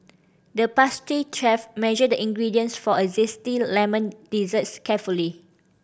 the pastry chef measured the ingredients for a zesty lemon desserts carefully